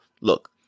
Look